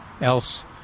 else